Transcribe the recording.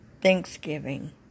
Thanksgiving